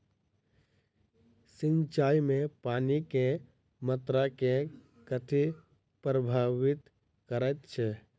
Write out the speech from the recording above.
सिंचाई मे पानि केँ मात्रा केँ कथी प्रभावित करैत छै?